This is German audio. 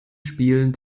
spielen